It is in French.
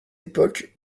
époque